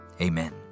Amen